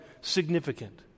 significant